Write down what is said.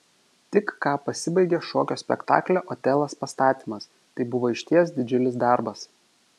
tik ką pasibaigė šokio spektaklio otelas pastatymas tai buvo išties didžiulis darbas